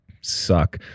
suck